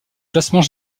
classement